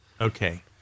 Okay